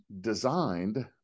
designed